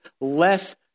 less